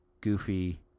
goofy